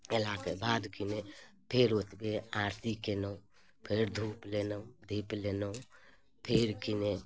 अएलाके बाद कि ने फेर ओतबे आरती केलहुँ फेर धूप लेलहुँ दीप लेलहुँ फेर कि ने